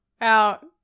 out